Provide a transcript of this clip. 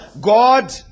God